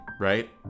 right